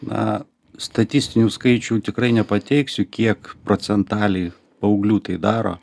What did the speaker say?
na statistinių skaičių tikrai nepateiksiu kiek procentaliai paauglių tai daro